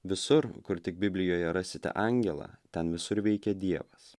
visur kur tik biblijoje rasite angelą ten visur veikia dievas